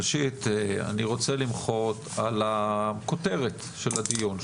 ראשית אני רוצה למחות על הכותרת של הדיון,